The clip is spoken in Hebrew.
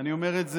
אני אומר את זה,